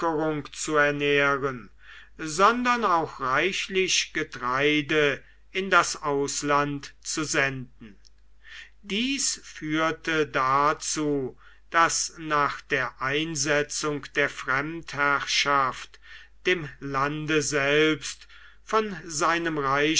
zu ernähren sondern auch reichlich getreide in das ausland zu senden dies führte dazu daß nach der einsetzung der fremdherrschaft dem lande selbst von seinem